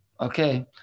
Okay